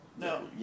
No